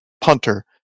punter